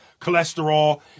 cholesterol